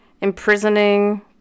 imprisoning